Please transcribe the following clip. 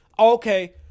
Okay